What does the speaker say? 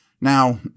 Now